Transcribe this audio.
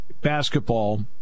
basketball